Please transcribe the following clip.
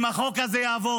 אם החוק הזה יעבור,